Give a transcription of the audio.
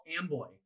Amboy